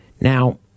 Now